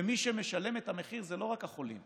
ומי שמשלם את המחיר הם לא רק החולים.